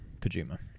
Kojima